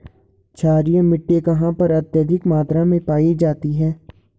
क्षारीय मिट्टी कहां पर अत्यधिक मात्रा में पाई जाती है?